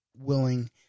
willing